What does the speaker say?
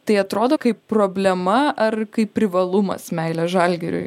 tai atrodo kaip problema ar kaip privalumas meilė žalgiriui